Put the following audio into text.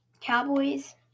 Cowboys